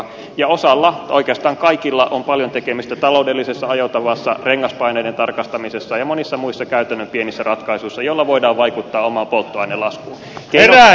ja osalla tai oikeastaan kaikilla on paljon tekemistä taloudellisessa ajotavassa rengaspaineiden tarkastamisessa ja monissa muissa käytännön pienissä ratkaisuissa joilla voidaan vaikuttaa omaan polttoainelaskuun